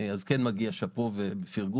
אז כן מגיע שאפו ופרגון,